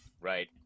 Right